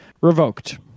Revoked